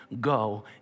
go